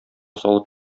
салып